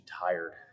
tired